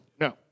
No